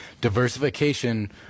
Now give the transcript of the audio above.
diversification